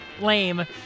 lame